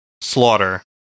Slaughter